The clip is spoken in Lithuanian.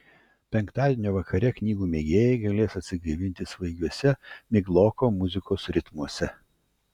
penktadienio vakare knygų mėgėjai galės atsigaivinti svaigiuose migloko muzikos ritmuose